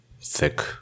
thick